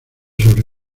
sobre